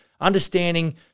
understanding